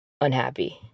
unhappy